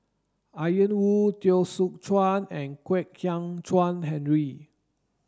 Ian Woo Teo Soon Chuan and Kwek Hian Chuan Henry